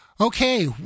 Okay